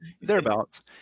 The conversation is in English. thereabouts